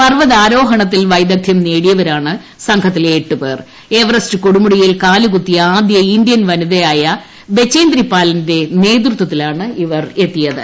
പർവതാരോഹ്ഗണത്തിൽ വൈദഗ്ധ്യം നേടിയവരാണ് സംഘത്തിലെ എട്ടു പ്പേർ എ്പറസ്റ്റ് കൊടുമുടിയിൽ കാൽകുത്തിയ ആദ്യ ഇന്ത്യൻ വനിതയായ ബചേന്ദ്രിപാലിന്റെ നേതൃത്വത്തിലാണ് ഇവർ എത്തിയത്